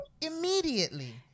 immediately